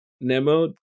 Nemo